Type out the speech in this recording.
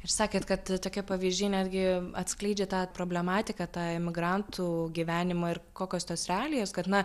ir sakėt kad tokie pavyzdžiai netgi atskleidžia tą problematiką tą emigrantų gyvenimą ir kokios tos realijos kad na